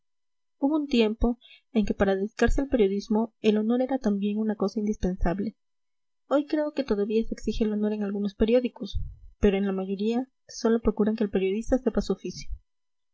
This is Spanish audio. hubo un tiempo en que para dedicarse al periodismo el honor era también una cosa indispensable hoy creo que todavía se exige el honor en algunos periódicos pero en la mayoría sólo procuran que el periodista sepa su oficio